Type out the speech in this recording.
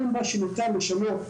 כל מה שניתן לשנות,